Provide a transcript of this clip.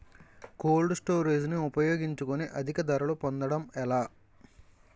Cold storage ని ఉపయోగించుకొని అధిక ధరలు పొందడం ఎలా?